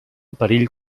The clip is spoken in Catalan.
perill